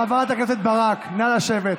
חברת הכנסת ברק, נא לשבת.